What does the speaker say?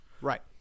Right